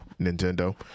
Nintendo